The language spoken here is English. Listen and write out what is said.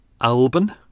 Alban